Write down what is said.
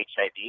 HIV